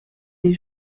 les